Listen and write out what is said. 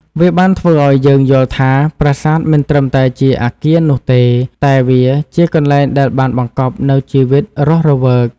វាបានធ្វើឲ្យយើងយល់ថាប្រាសាទមិនត្រឹមតែជាអគារនោះទេ តែវាជាកន្លែងដែលបានបង្កប់នូវជីវិតរស់រវើក។